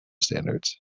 standards